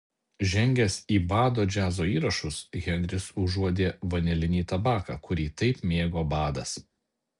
žengęs į bado džiazo įrašus henris užuodė vanilinį tabaką kurį taip mėgo badas